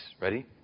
Ready